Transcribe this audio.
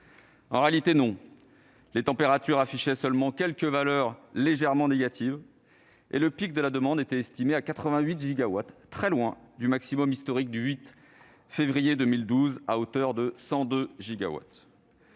En réalité, non ! Les températures affichaient seulement quelques valeurs légèrement négatives et le pic de la demande était estimé à 88 gigawatts, très loin du maximum historique du 8 février 2012 à hauteur de 102 gigawatts.